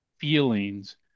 feelings